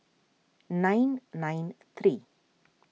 nine nine three